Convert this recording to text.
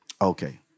Okay